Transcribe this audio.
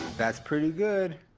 that's pretty good.